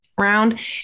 round